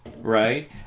right